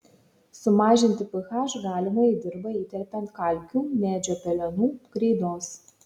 sumažinti ph galima į dirvą įterpiant kalkių medžio pelenų kreidos